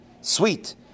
sweet